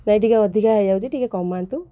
ନାହିଁ ଟିକିଏ ଅଧିକା ହୋଇଯାଉଛି ଟିକିଏ କମାନ୍ତୁ